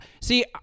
See